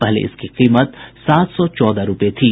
पहले इसकी कीमत सात सौ चौदह रूपये थी